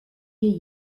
hier